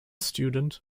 student